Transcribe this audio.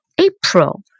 April